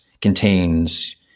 contains